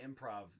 improv